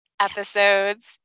Episodes